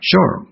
Sure